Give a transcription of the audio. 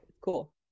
Cool